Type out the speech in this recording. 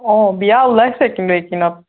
অঁ বিয়া উলাইছে কিন্তু এইকেইদিনত